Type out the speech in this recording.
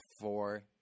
four